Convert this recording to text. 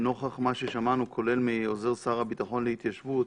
לנוכח מה ששמענו כולל מעוזר שר הביטחון להתיישבות.